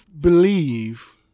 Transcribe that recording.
believe